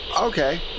Okay